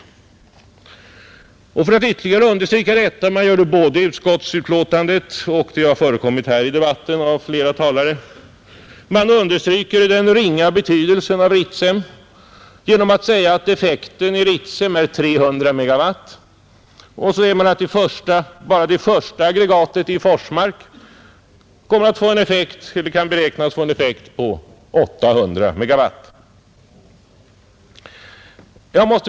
För att ytterligare understryka detta — man gör det både i utskottsbetänkandet och här i debatten från flera talare — påpekar man den ringa betydelsen av Ritsem genom att säga att effekten är endast 300 MW, medan bara det första aggregatet i Forsmark beräknas få en effekt av 800 MW.